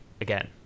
again